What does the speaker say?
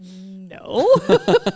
no